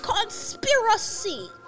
Conspiracy